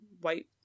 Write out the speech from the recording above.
white